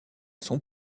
son